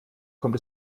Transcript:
kommt